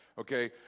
Okay